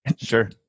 sure